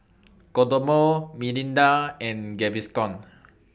Kodomo Mirinda and Gaviscon